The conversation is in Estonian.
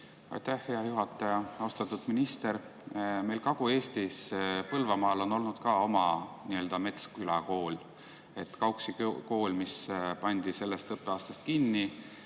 Aitäh, hea juhataja! Austatud minister! Meil Kagu-Eestis Põlvamaal on olnud ka oma nii-öelda Metsküla kool: Kauksi kool, mis pandi sellest õppeaastast kinni.